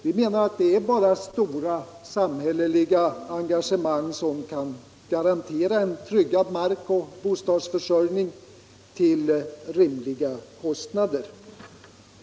Vi menar att det bara är stora samhälleliga engagemang som kan garantera och trygga mark och bostadsförsörjning till rimliga kostnader.